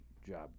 job